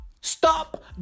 Stop